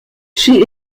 she